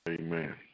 Amen